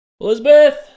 Elizabeth